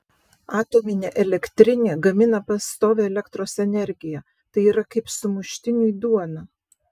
atominė elektrinė gamina pastovią elektros energiją tai yra kaip sumuštiniui duona